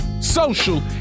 social